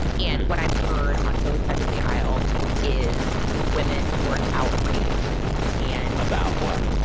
and what i've heard on both sides of the aisle is women who are outraged and. about what?